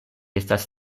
estas